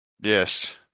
Yes